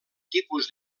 tipus